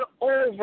over